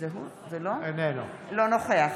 אינו נוכח